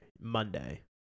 Monday